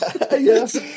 Yes